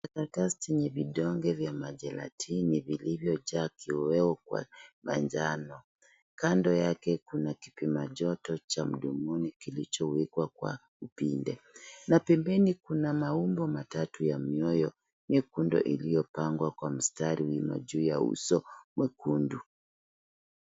Karatasi ya vidonge vya majelatini vilivyojaa kioweo kwa manjano. Kando yake kuna kipima joto cha mvunguni kilichowekwa kwa upinde. Na pembeni kuna maungo matatu ya vioweo nyekundu iliyopangwa kwa mstari juu ya uso mwekundu.